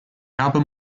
album